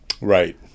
Right